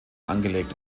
angelegt